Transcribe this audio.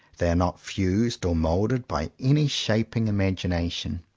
they are not fused or moulded by any shaping imagination.